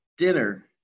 dinner